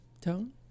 Tone